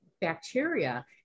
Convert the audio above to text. bacteria